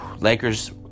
Lakers